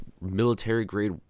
military-grade